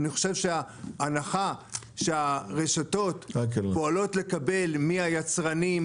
אני חושב שההנחה שהרשתות פועלות לקבל מהיצרנים,